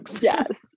Yes